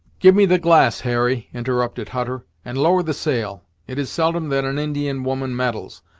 give me the glass, harry, interrupted hutter, and lower the sail. it is seldom that an indian woman meddles,